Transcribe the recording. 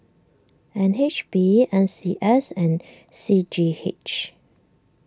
N H B N C S and C G H